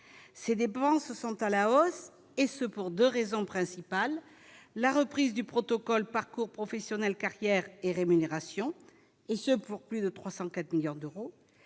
ces dépenses sont à la hausse et ce pour 2 raisons principales : la reprise du protocole, parcours professionnels carrières et rémunérations et ce, pour plus de 304 millions d'euros